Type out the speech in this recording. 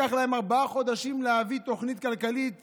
לקח להם ארבעה חודשים להביא תוכנית כלכלית